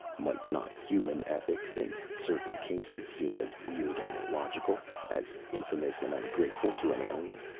might not human ethics, in certain cases, seem as weird and illogical, as infamous and ungrateful, to an alien?